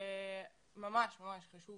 עם חוצפה מצליחים.